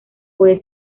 puede